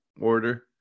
order